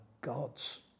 gods